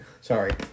Sorry